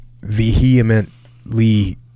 vehemently